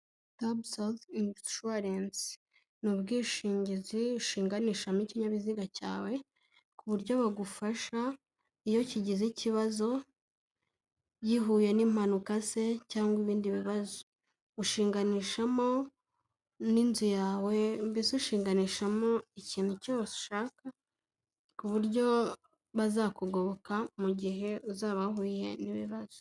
Tabu Safu Inshuwarensi ni ubwishingizi ushinganishamo ikinkinyabiziga cyawe ku buryo bagufasha iyo kigize ikibazo, gihuye n'impanuka se cyangwa ibindi bibazo, ushinganishamo n'inzu yawe mbese ushinganishamo ikintu cyose ushaka ku buryo bazakugoboka mu gihe uzaba uhuye n'ibibazo.